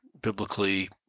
biblically